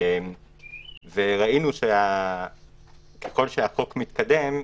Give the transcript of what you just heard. ראינו שככל שהחוק מתקדם,